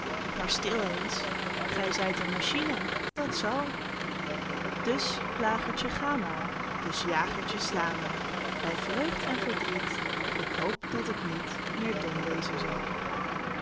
maar stil eens gij zijt een machine dat s al dus plagertje ga maar dus jagertje sla maar bij vreugd en verdriet ik hoop dat ik niet meer dom wezen zal